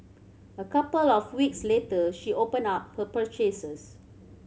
a couple of weeks later she opened up her purchases